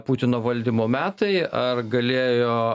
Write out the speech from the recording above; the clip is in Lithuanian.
putino valdymo metai ar galėjo